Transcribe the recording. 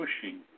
pushing